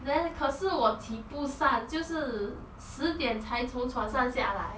then 可是我起不上就是十点才从床上下来